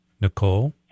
Nicole